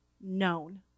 known